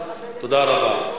תודה רבה.